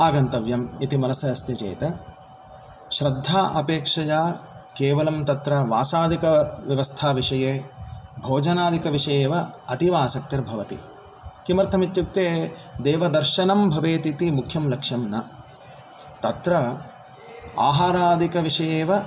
आगन्तव्यम् इति मनसि अस्ति चेत् श्रद्धा अपेक्षया केवलं तत्र वासादिकव्यवस्थाविषये भोजनादिकविषये वा अतीव आसक्तिर्भवति किमर्थम् इत्युक्ते देवदर्शनं भवेत् इति मुख्यं लक्ष्यं न तत्र आहारादिकविषयेव